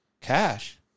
cash